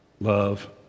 love